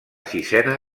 sisena